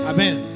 Amen